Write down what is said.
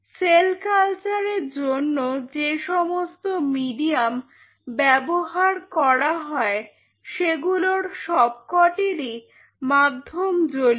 sell কালচারের জন্য যে সমস্ত মিডিয়াম ব্যবহার করা হয় সেগুলোর সবকটিরই মাধ্যম জলীয়